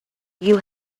you